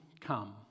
Come